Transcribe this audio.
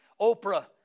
Oprah